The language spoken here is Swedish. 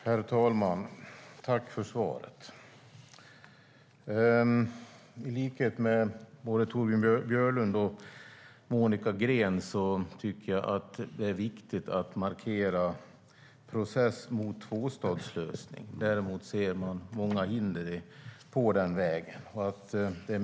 Herr talman! Jag tackar ministern för svaret. I likhet med Torbjörn Björlund och Monica Green tycker jag att det är viktigt att markera processen mot tvåstatslösning trots att vi ser många hinder på den vägen.